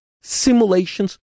simulations